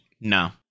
no